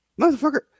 motherfucker